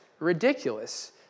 ridiculous